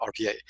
RPA